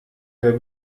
der